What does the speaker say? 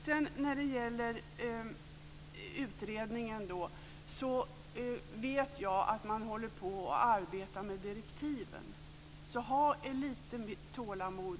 Sedan när det gäller utredningen vet jag att man håller på att arbeta med direktiven, så ha lite tålamod,